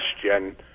question